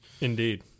Indeed